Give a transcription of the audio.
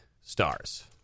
stars